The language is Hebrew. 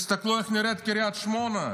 תסתכלו איך נראית קריית שמונה.